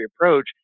approach